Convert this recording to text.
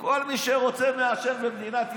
כל מי שרוצה לעשן במדינת ישראל,